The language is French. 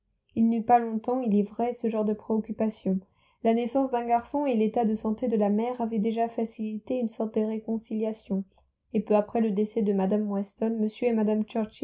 il n'eut pas longtemps il est vrai ce genre de préoccupation la naissance d'un garçon et l'état de santé de la mère avaient déjà facilité une sorte de réconciliation et peu après le décès de mme weston m et mme